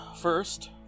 first